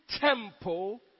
temple